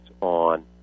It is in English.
on